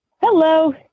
Hello